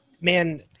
man